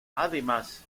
además